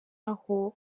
aho